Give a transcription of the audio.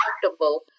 comfortable